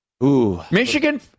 Michigan